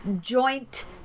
joint